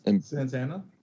Santana